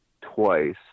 twice